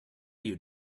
you